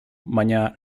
baina